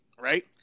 right